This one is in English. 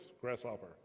Grasshopper